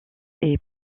est